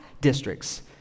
districts